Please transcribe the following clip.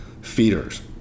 feeders